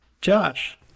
Josh